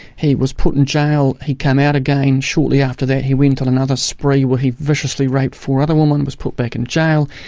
he was put in jail, he came out again shortly after that he went on another spree where he viciously raped four other women, was put back in jail.